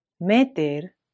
Meter